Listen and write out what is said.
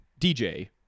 DJ